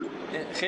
בפרקטיקה